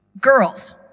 Girls